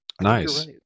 Nice